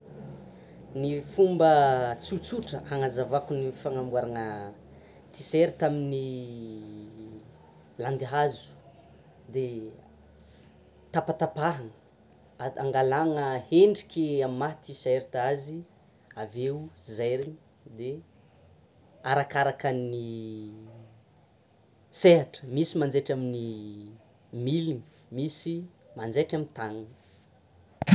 Ny fomba tsotsotra hanazavako ny fanamboarana t-shirt amin'ny landihazo de tapatapahana angalana hendriky amin'ny maha t-shirt azy aveo zairina de arakaraka ny sehatra, misy manjaitra amin'ny miliny, misy manjaitra amin'ny tanana.